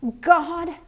God